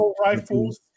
rifles